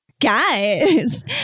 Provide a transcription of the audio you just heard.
Guys